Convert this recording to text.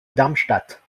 darmstadt